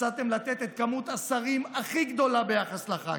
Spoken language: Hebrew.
מצאתם את מספר השרים הכי גדול ביחס לח"כים,